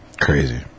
crazy